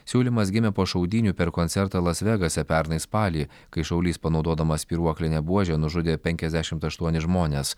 siūlymas gimė po šaudynių per koncertą las vegase pernai spalį kai šaulys panaudodamas spyruoklinę buožę nužudė penkiasdešimt aštuonis žmones